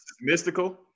mystical